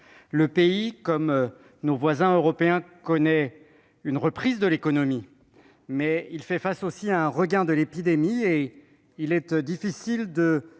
de ses voisins européens, une reprise de l'économie, mais il fait face aussi à un regain de l'épidémie. Or il est difficile de